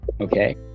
okay